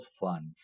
fun